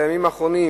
של הימים האחרונים,